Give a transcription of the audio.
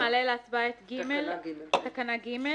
מעלה להצבעה את תקנה (ג),